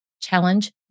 Challenge